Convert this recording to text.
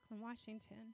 Washington